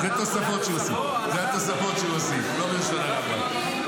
אלה תוספות שהוא הוסיף, לא מלשון הרמב"ם.